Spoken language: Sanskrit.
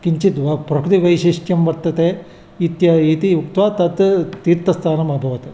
किञ्चित् व प्रकृतिवैशिष्टं वर्तते इत्य इति उक्त्वा तत् तीर्थस्थानम् अभवत्